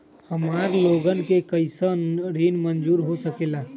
हमार लोगन के कइसन ऋण मंजूर हो सकेला?